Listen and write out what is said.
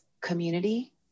community